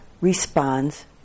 responds